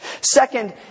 Second